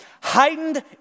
heightened